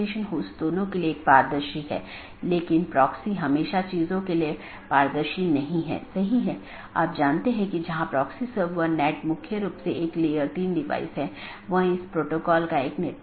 कैसे यह एक विशेष नेटवर्क से एक पैकेट भेजने में मदद करता है विशेष रूप से एक ऑटॉनमस सिस्टम से दूसरे ऑटॉनमस सिस्टम में